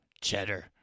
cheddar